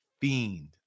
fiend